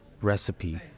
recipe